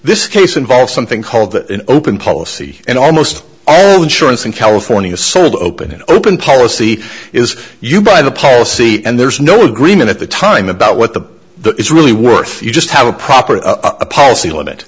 this case involves something called an open policy and almost all insurance in california sold open an open policy is you buy the policy and there's no agreement at the time about what the the it's really worth you just have a proper a polic